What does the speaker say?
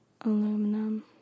Aluminum